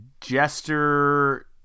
jester